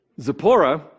Zipporah